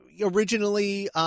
originally